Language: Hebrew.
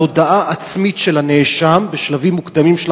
על הודאה עצמית של הנאשם בשלבים מוקדמים של